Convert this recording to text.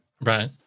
Right